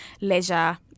leisure